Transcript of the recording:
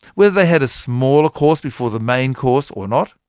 whether they had a smaller course before the main course or not,